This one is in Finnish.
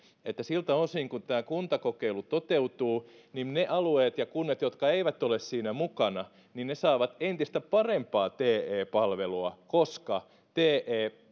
että siltä osin kuin tämä kuntakokeilu toteutuu ne alueet ja kunnat jotka eivät ole siinä mukana saavat entistä parempaa te palvelua koska te